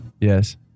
Yes